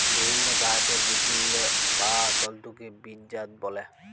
বিভিল্ল্য গাহাচের বিচেল্লে পাউয়া তল্তুকে বীজজাত ব্যলে